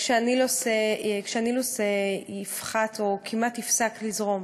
כשהזרימה בנילוס תפחת והוא כמעט יפסיק לזרום?